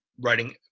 writing